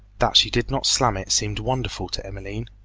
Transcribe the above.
that she did not slam it seemed wonderful to emmeline.